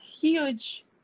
huge